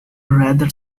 rather